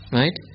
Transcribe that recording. right